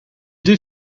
deux